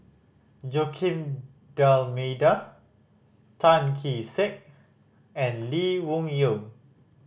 Joaquim D'Almeida Tan Kee Sek and Lee Wung Yew